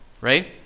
right